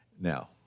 Now